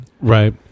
Right